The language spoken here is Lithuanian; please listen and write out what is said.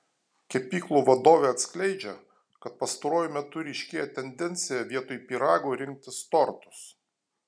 kepyklų vadovė atskleidžia kad pastaruoju metu ryškėja tendencija vietoj pyragų rinktis tortus